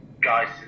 guys